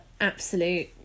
absolute